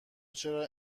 چرا